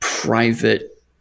private